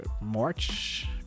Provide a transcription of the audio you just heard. March